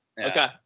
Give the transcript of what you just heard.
Okay